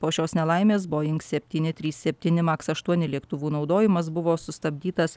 po šios nelaimės boing septyni trys septyni maks aštuoni lėktuvų naudojimas buvo sustabdytas